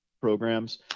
programs